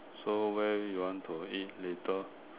so where do you want to eat later